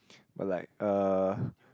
but like uh